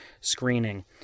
screening